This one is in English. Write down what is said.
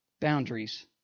boundaries